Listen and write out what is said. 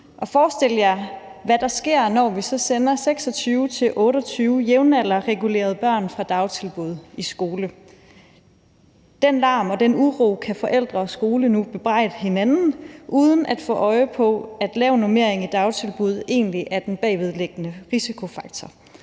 Forestil jer, hvad der sker, når vi så sender 26-28 jævnaldrenderegulerede fra dagtilbud i skole. Den larm og den uro kan forældre og skole nu bebrejde hinanden uden at få øje på, at en lav normering i dagtilbud egentlig er den bagvedliggende risikofaktor